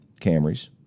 Camrys